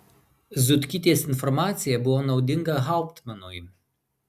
zutkytės informacija buvo naudinga hauptmanui